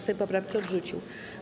Sejm poprawki odrzucił.